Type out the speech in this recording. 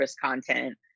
content